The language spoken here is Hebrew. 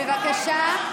בבקשה.